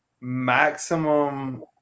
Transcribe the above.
maximum